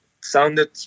sounded